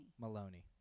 Maloney